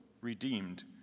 redeemed